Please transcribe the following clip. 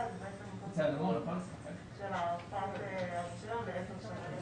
תעבור לפסקה (2).